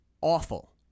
awful